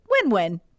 Win-win